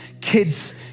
kids